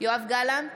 יואב גלנט,